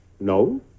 no